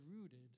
rooted